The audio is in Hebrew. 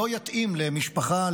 לא יתאים למשפחה,